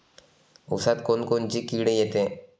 ऊसात कोनकोनची किड येते?